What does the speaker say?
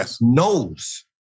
knows